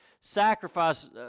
sacrifice